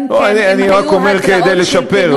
אני רק אומר כדי לשפר.